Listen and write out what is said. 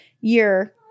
year